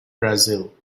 brazil